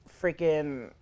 freaking